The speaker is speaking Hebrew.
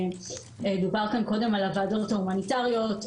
דובר כאן קודם על הוועדות ההומניטריות,